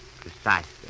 Precisely